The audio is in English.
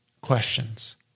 questions